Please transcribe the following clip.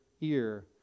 ear